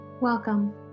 Welcome